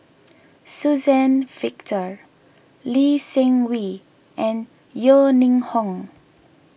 Suzann Victor Lee Seng Wee and Yeo Ning Hong